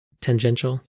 tangential